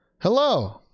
hello